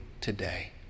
today